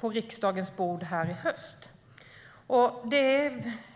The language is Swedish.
på riksdagens bord här i höst.